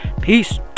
peace